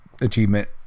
achievement